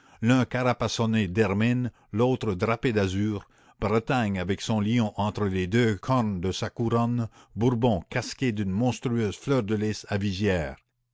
l'un caparaçonné d'hermine l'autre drapé d'azur bretagne avec son lion entre les deux cornes de sa couronne bourbon casqué d'une monstrueuse fleur de lys à visière